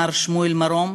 מר שמואל מרום,